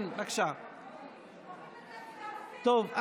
טוב,